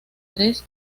tres